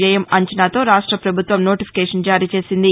వ్యయం అంచనాతో రాష్ట పభుత్వం నోటిఫికేషన్ జారీ చేసింది